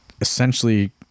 essentially